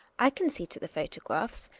i can see to the photo graphs,